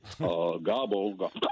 Gobble